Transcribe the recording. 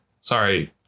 sorry